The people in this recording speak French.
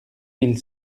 mille